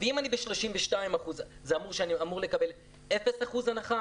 ואם אני ב-32% זה אומר שאני אמור לקבל 0% מענק?